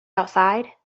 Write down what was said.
outside